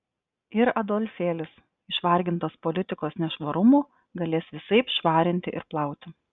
ir adolfėlis išvargintas politikos nešvarumų galės visaip švarinti ir plauti